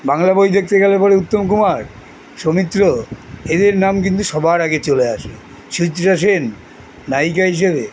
বাংলা বই দেখতে গেলে পরে উত্তম কুমার সৌমিত্র এদের নাম কিন্তু সবার আগে চলে আসে সুচিত্রা সেন নায়িকা হিসেবে